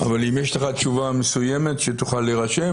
אבל אם יש לך תשובה מסוימת שתוכל להירשם,